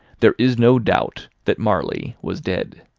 there is no doubt that marley was dead.